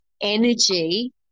energy